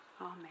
Amen